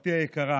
משפחתי היקרה